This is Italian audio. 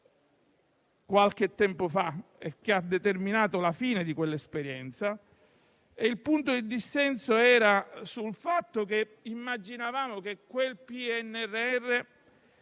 qualche tempo fa e la fine di quell'esperienza. Il punto di dissenso era sul fatto che immaginavamo che quel PNRR